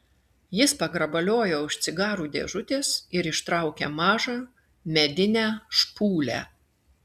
jis pagrabaliojo už cigarų dėžutės ir ištraukė mažą medinę špūlę